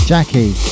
Jackie